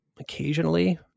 occasionally